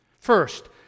First